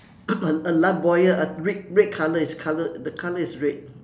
a a lifebuoy uh red red colour is colour the colour is red